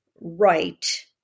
right